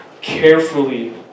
carefully